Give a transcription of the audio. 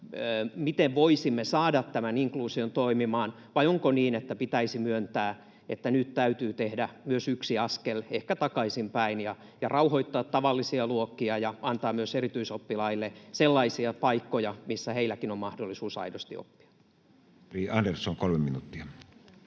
miten voisimme saada tämän inkluusion toimimaan, vai onko niin, että pitäisi myöntää, että nyt täytyy tehdä myös yksi askel ehkä takaisinpäin ja rauhoittaa tavallisia luokkia ja antaa myös erityisoppilaille sellaisia paikkoja, missä heilläkin on mahdollisuus aidosti oppia? Ministeri Andersson, kolme minuuttia.